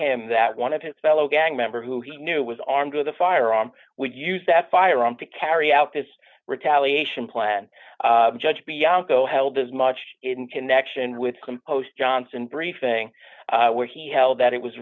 him that one of his fellow gang member who he knew was armed with a firearm would use that firearm to carry out this retaliation plan judge bianco held as much in connection with composed johnson briefing where he held that it was